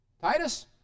Titus